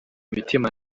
mitima